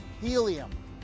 helium